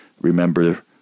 remember